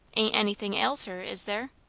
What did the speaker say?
ain't anything ails her, is there?